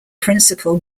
principle